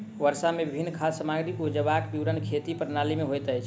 वर्ष मे विभिन्न खाद्य सामग्री उपजेबाक विवरण खेती प्रणाली में होइत अछि